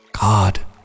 God